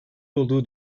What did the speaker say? olduğu